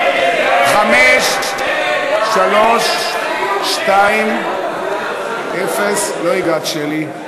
חמש, שלוש, שתיים, אפס, לא הגעת, שלי.